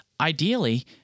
ideally